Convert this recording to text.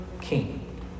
king